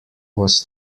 was